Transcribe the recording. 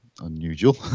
unusual